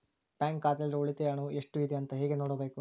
Bank ಖಾತೆಯಲ್ಲಿರುವ ಉಳಿತಾಯ ಹಣವು ಎಷ್ಟುಇದೆ ಅಂತ ಹೇಗೆ ನೋಡಬೇಕು?